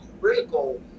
critical